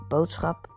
Boodschap